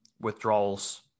withdrawals